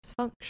dysfunction